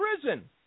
prison